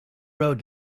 road